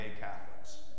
Catholics